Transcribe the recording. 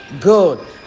good